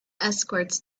escorts